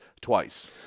twice